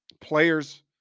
Players